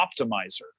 optimizer